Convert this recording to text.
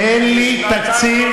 אין לי תקציב.